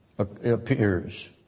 Appears